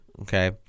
Okay